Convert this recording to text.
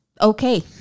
okay